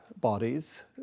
bodies